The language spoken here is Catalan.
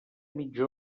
mitja